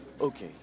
okay